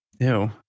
Ew